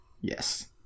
yes